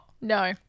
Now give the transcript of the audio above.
No